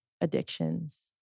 addictions